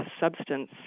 substance